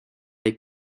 les